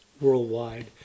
worldwide